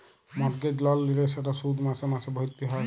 mortgage লল লিলে সেট শধ মাসে মাসে ভ্যইরতে হ্যয়